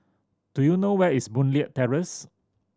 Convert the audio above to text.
do you know where is Boon Leat Terrace